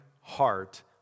heart